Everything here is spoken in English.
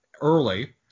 early